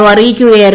O അറിയിക്കുകയായിരുന്നു